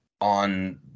on